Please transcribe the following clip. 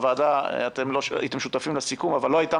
הוועדה אתם לא הייתם שותפים לסיכום לא הייתה